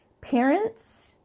Parents